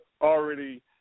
already